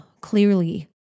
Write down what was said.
clearly